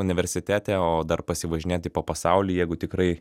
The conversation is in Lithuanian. universitete o dar pasivažinėti po pasaulį jeigu tikrai